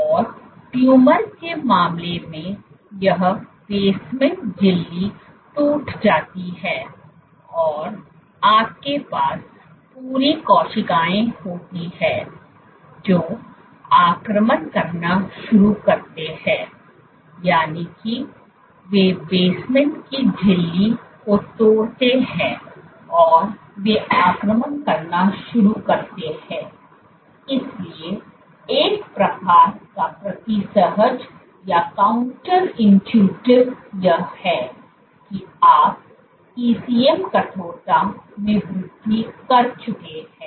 और ट्यूमर के मामले में यह बेसमेंट झिल्ली टूट जाती है और आपके पास पूरी कोशिकाएं होती हैं जो आक्रमण करना शुरू करते हैं यानी कि वे बेसमेंट की झिल्ली को तोड़ते हैं और वे आक्रमण करना शुरू करते हैं इसलिए एक प्रकार का प्रतिसहज यह है कि आप ECM कठोरता में वृद्धि कर चुके हैं